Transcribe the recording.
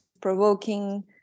provoking